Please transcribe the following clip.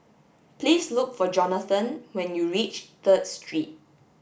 please look for Johnathan when you reach Third Street